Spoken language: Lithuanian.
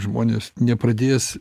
žmonės nepradės